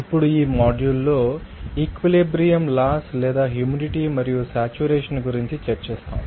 ఇప్పుడు ఈ మాడ్యూల్లో ఈక్వలెబ్రియంలాస్ లేదా హ్యూమిడిటీ మరియు సేట్యురేషన్ గురించి చర్చిస్తాము